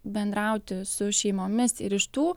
bendrauti su šeimomis ir iš tų